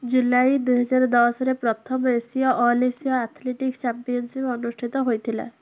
ଜୁଲାଇ ଦୁଇ ହଜାର ଦଶରେ ପ୍ରଥମ ଏସୀୟ ଅଲ୍ ଏସୀୟ ଆଥଲେଟିକ୍ସ୍ ଚାମ୍ପିଅନସିପ୍ ଅନୁଷ୍ଠିତ ହୋଇଥିଲା